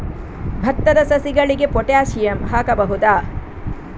ಭತ್ತದ ಸಸಿಗಳಿಗೆ ಪೊಟ್ಯಾಸಿಯಂ ಹಾಕಬಹುದಾ?